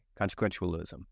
Consequentialism